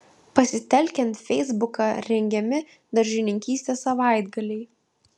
pasitelkiant feisbuką rengiami daržininkystės savaitgaliai